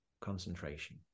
concentration